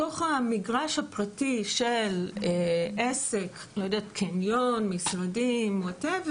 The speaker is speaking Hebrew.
בתוך המגרש הפרטי של עסק, קניון, משרדים וכדו',